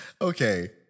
okay